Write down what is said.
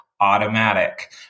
automatic